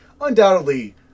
undoubtedly